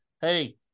hey